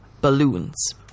balloons